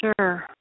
Sure